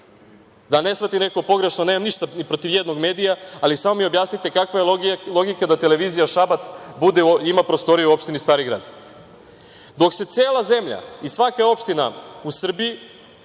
da ne shvati neko pogrešno, nemam ništa ni protiv jednog medija, ali samo mi objasnite kakva je logika da Televizija Šabac ima prostoriju u opštini Stari Grad. Dok se cela zemlja i svaka opština u Srbiji